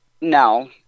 no